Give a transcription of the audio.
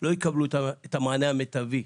לא יקבלו את המענה המיטבי.